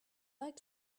like